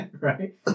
right